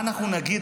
מה אנחנו נגיד,